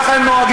ככה הם נוהגים,